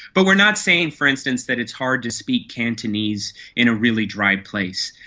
but we're not saying, for instance, that it's hard to speak cantonese in a really dry place,